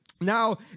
now